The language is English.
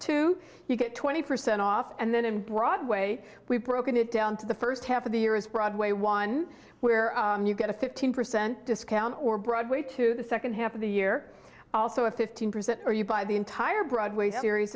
too you get twenty percent off and then in broadway we've broken it down to the first half of the year is broadway one where you get a fifteen percent discount or broadway to the second half of the year also a fifteen percent are you buy the entire broadway series